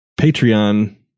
Patreon